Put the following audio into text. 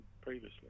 previously